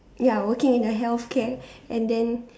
ya working in a healthcare and then